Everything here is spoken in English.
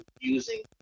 using